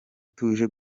tuje